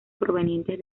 provenientes